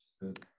Good